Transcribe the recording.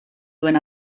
duen